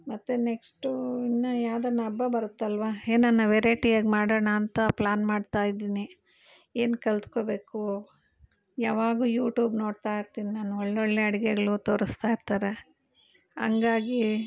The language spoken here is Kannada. ಮತ್ತೆ ನೆಕ್ಸ್ಟು ಇನ್ನು ಯಾವ್ದಾನ ಹಬ್ಬ ಬರುತ್ತಲ್ವ ಏನಾನ ವೆರೈಟಿಯಾಗಿ ಮಾಡೋಣ ಅಂತ ಪ್ಲ್ಯಾನ್ ಮಾಡ್ತಾಯಿದ್ದೀನಿ ಏನು ಕಲ್ತ್ಕೋಬೇಕು ಯಾವಾಗೂ ಯೂಟ್ಯೂಬ್ ನೋಡ್ತಾಯಿರ್ತೀನಿ ನಾನು ಒಳ್ಳೊಳ್ಳೆ ಅಡುಗೆಗಳು ತೋರಿಸ್ತಾಯಿರ್ತಾರೆ ಹಂಗಾಗಿ